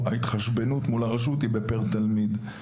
ההתחשבנות מול הרשות היא לפי מספר התלמידים.